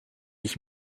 ich